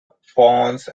pons